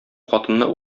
хатынны